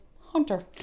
Hunter